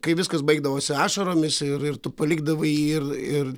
kai viskas baigdavosi ašaromis ir ir tu palikdavai jį ir ir